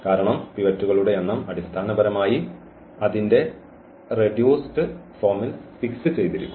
കാരണം പിവറ്റുകളുടെ എണ്ണം അടിസ്ഥാനപരമായി അതിന്റെ റെഡ്യൂസ്ഡ് ഫോമിൽ ഫിക്സ് ചെയ്തിരിക്കുന്നു